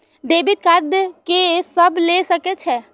Debit card के सब ले सके छै?